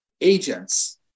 agents